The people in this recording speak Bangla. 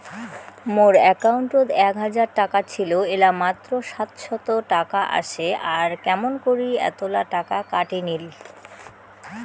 মোর একাউন্টত এক হাজার টাকা ছিল এলা মাত্র সাতশত টাকা আসে আর কেমন করি এতলা টাকা কাটি নিল?